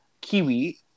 Kiwi